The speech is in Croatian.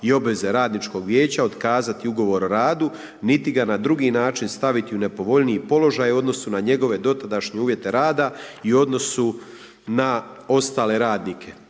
i obveze Radničkog vijeća otkazati ugovor o radu, niti ga na drugi način staviti u nepovoljniji položaj u odnosu na njegove dotadašnje uvjete rada i odnosu na ostale radnike.